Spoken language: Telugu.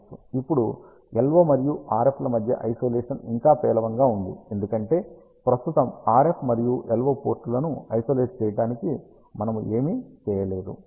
ఇప్పుడు LO మరియు RF ల మధ్య ఐసోలేషన్ ఇంకా పేలవంగా ఉంది ఎందుకంటే ప్రస్తుతం RF మరియు LO పోర్టులను ఐసోలేట్ చేయడానికి మనము ఏమీ చేయలేదు